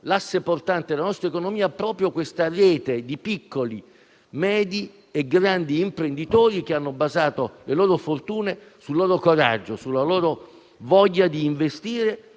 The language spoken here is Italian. l'asse portante della nostra economia è proprio questa rete di piccoli, medi e grandi imprenditori che hanno basato le loro fortune sul loro coraggio, sulla loro voglia di investire,